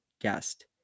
guest